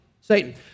Satan